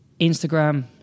Instagram